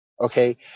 Okay